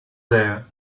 there